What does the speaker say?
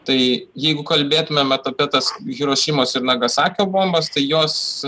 tai jeigu kalbėtumėm apie tas hirošimos ir nagasakio bombas tai jos